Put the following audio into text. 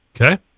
Okay